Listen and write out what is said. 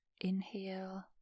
inhale